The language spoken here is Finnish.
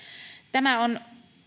tämä on